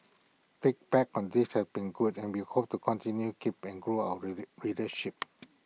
feedback on this has been good and we hope to continue keep and grow our really readership